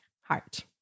heart